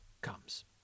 comes